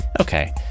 okay